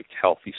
healthy